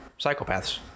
psychopaths